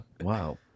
Wow